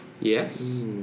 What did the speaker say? Yes